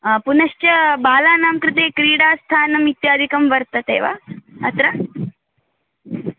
पुनश्च बालानां कृते क्रीडास्थानमित्यादिकं वर्तते वा अत्र